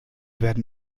werden